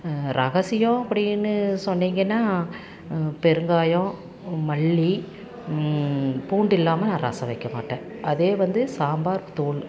ரகசியம் அப்படின்னு சொன்னிங்கன்னால் பெருங்காயம் மல்லி பூண்டு இல்லாமல் நான் ரசம் வைக்க மாட்டேன் அதே வந்து சாம்பார் தூள்